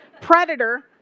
Predator